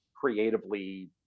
creatively